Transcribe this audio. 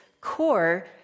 core